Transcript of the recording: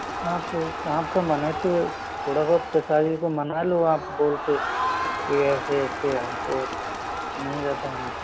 आप आपका मन है तो थोड़ा बहुत पिता जी को मना लो आप बोल के के ऐसे ऐसे हम को नहीं जा पाएंगे